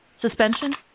Suspension